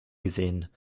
gesehen